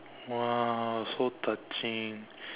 !wah! so touching